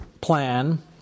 plan